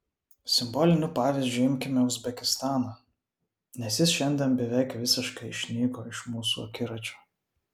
simboliniu pavyzdžiu imkime uzbekistaną nes jis šiandien beveik visiškai išnyko iš mūsų akiračio